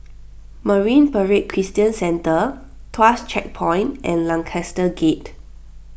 Marine Parade Christian Centre Tuas Checkpoint and Lancaster Gate